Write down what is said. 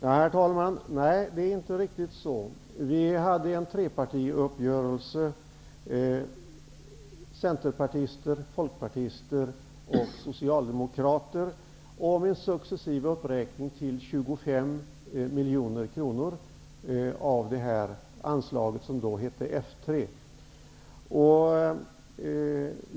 Herr talman! Nej, det är inte riktigt så som Daniel Tarschys säger. Det träffades en trepartiuppgörelse -- centerpartister, folkpartister och socialdemokrater -- om en successiv uppräkning till 25 miljoner kronor av anslaget, som då hette F 3.